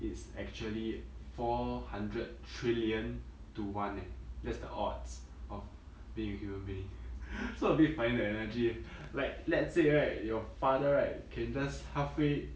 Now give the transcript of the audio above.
it's actually four hundred trillion to one eh that's the odds of being a human being so a bit funny the analogy like let's say right your father right can just halfway